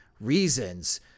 reasons